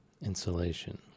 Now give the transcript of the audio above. Insulation